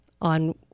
on